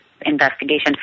investigation